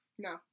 No